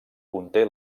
conté